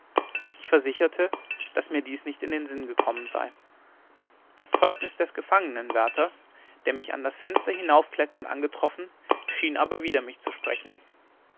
ich versicherte daß mir dies nicht in den sinn gekommen sei das zeugnis des gefangenwärters der mich an das fenster hinaufkletternd angetroffen schien aber wider mich zu sprechen